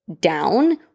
down